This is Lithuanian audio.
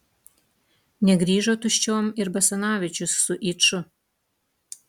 negrįžo tuščiom ir basanavičius su yču